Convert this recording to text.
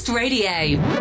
Radio